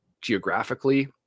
geographically